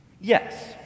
Yes